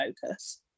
focus